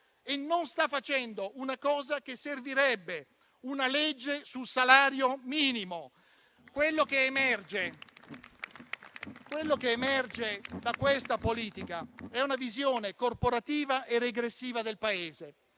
e non sta facendo una cosa che servirebbe, una legge sul salario minimo. Emerge da questa politica una visione corporativa e regressiva del Paese.